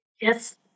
Yes